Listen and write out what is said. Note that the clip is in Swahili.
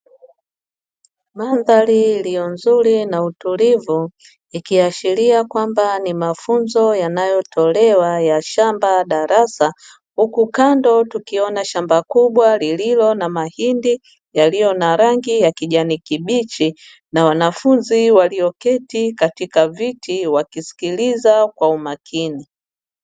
Madhari iliyo nzuri na utulivu ikiashiria kwamba ni mafunzo yanayotolewa ya shamba darasa huku kando tukiona shamba kubwa lililo na mahindi yaliyo na rangi ya kijani kibichi na wanafunzi walioketi katika viti wakisikiliza kwa umakini.